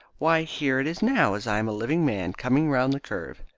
why, here it is now, as i am a living man, coming round the curve.